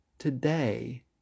Today